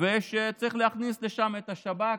ושצריך להכניס לשם את השב"כ,